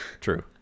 True